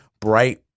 bright